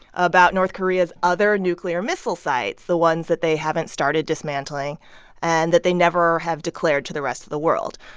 about north korea's other nuclear missile sites, the ones that they haven't started dismantling and that they never have declared to the rest of the world.